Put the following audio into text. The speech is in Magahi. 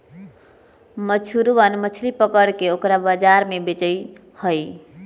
मछुरवन मछली पकड़ के ओकरा बाजार में बेचा हई